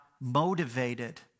motivated